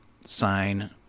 sign